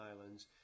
Islands